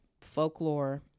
folklore